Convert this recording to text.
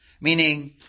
meaning